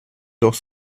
doch